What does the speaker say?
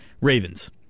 Ravens